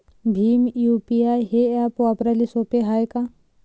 Bhim UPI हे app वापराले सोपे हाय का?